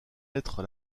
être